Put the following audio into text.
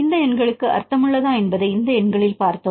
இந்த எண்களுக்கு அர்த்தமுள்ளதா என்பதை இந்த எண்களில் பார்த்தோம்